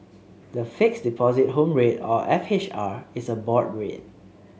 the Fixed Deposit Home Rate or F H R is a board rate